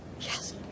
Yes